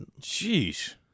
Jeez